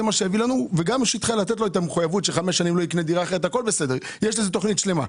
יש לזה תוכנית שלמה.